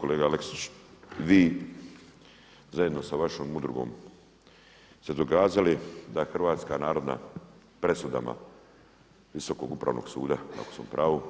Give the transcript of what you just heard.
Kolega Aleksić, vi zajedno sa vašom udrugom ste dokazali da Hrvatska narodna, presudama Visokog upravnog suda, ako sam u pravu,